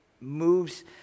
moves